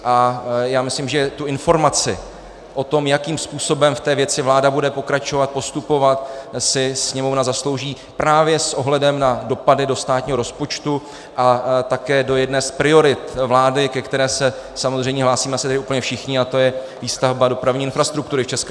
A já myslím, že informaci o tom, jakým způsobem v té věci vláda bude pokračovat, postupovat, si Sněmovna zaslouží právě s ohledem na dopady do státního rozpočtu a také do jedné z priorit vlády, ke které se samozřejmě hlásíme asi tady úplně všichni, a to je výstavba dopravní infrastruktury v ČR.